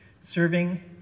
serving